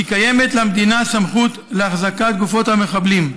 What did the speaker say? קיימת למדינה סמכות להחזקת גופות המחבלים.